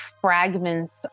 fragments